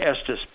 Estes